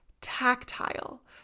tactile